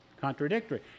contradictory